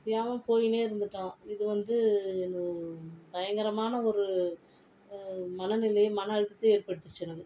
வேகமாக போயிகின்னே இருந்துட்டான் இது வந்து அது பயங்கரமான ஒரு மனநிலையை மன அழுத்தத்தை ஏற்படுத்துச்சு எனக்கு